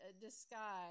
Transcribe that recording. disguise